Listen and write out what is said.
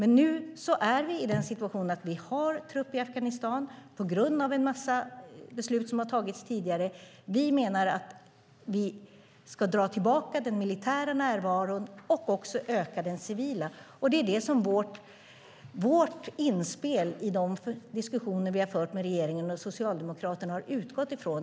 Nu är vi i den situationen att vi har trupp i Afghanistan på grund av en massa beslut som har tagits tidigare. Vi menar att vi ska dra tillbaka den militära närvaron och öka den civila. Det är det som vårt inspel i de diskussioner som vi har fört med regeringen och Socialdemokraterna har utgått ifrån.